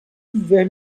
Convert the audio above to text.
vers